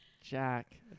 Jack